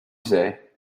say